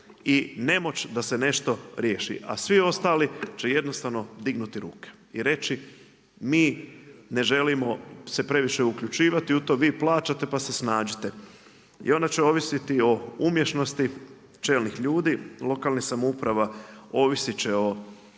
i nemoć da se nešto riješi, a svi ostali će jednostavno dignuti ruke i reći mi ne želimo se previše uključivati u to, vi plaćate pa se snađite. I onda će ovisiti o umješnosti čelnih ljudi lokalnih samouprava, ovisit će o